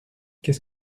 qu’est